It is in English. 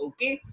Okay